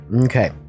okay